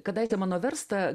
kadaise mano verstą